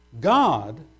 God